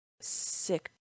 sick